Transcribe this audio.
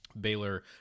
Baylor